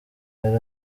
yari